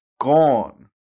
gone